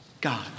God